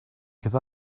give